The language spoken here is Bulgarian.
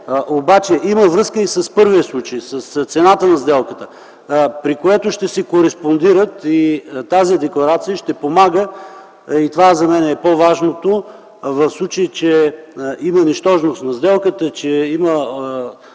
обаче, и с първия случай, с цената на сделката, при което ще си кореспондират и тази декларация ще помага. Това за мен е по-важното – в случай, че има нищожност на сделката, че има